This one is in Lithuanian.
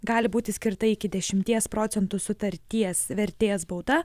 gali būti skirta iki dešimties procentų sutarties vertės bauda